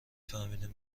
فهمیدم